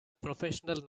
professional